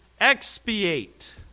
expiate